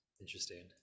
interesting